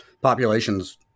Population's